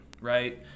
right